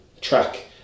track